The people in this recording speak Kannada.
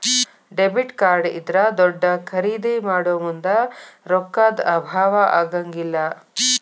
ಡೆಬಿಟ್ ಕಾರ್ಡ್ ಇದ್ರಾ ದೊಡ್ದ ಖರಿದೇ ಮಾಡೊಮುಂದ್ ರೊಕ್ಕಾ ದ್ ಅಭಾವಾ ಆಗಂಗಿಲ್ಲ್